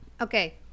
Okay